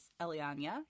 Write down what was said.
Elianya